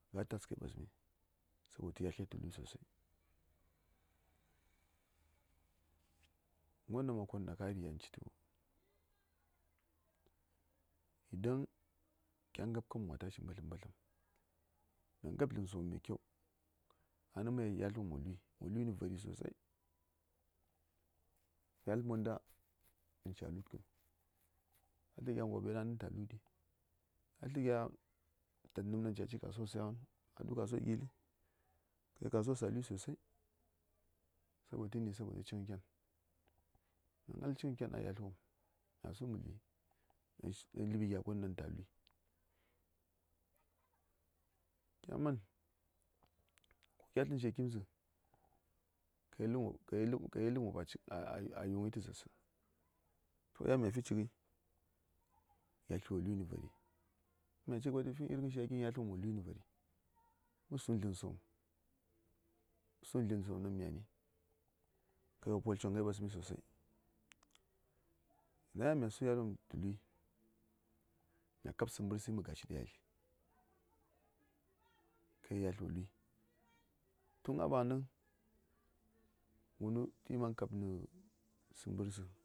Ngɚ tas tayi ɓasmi sabotu yatles ta lu sosai ngɚn won dang ma kon yan citu idang kya ngab kam wa tɚ tashi mbɚtlɚm. Ɗaŋ mə:r mani ta mafi wuri? mə kuruŋ machine ko wo mob awa ɓəsləŋ mya kuruŋən machine. a zlamɗi ma kara ɓəsləŋai,a sli zupkən ɗi ca ŋal nə dzup-sliəti-namboŋ. Mə tul ɗi dən, ca ŋal nə namboŋ kə kavit. A saukar mi mə ndai dən, a boɗi. Baba gwashi a ta slən wultə tu ba wo nda ɗa:tə dənəŋ, tun a yi wul tu wo sli a ləbwon a nyangashi, sai ɗaŋni nda cə mbwaɗi. To, kuma yan da gwashi ba cə su a fu:tə gaskiyas vəŋ, cə su tu a ngatə nə mberni mən. In kya fu:tə gaskiya wo kə:mgə ma:, wo votkəi. Sai kama ti ta wul babas tu ai, machine ta ma̱ra mi məni, nda mə kuruŋ machine ɗi, mə man tu mən ndirghən, tə makara mi woppi, tə ndi:r machine ni kyaɗiŋ...